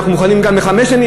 אנחנו מוכנים גם לחמש שנים,